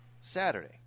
Saturday